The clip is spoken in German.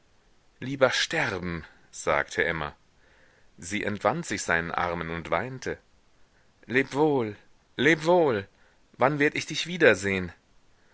lieber sterben sagte emma sie entwand sich seinen armen und weinte lebwohl lebwohl wann werd ich dich wiedersehn